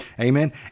Amen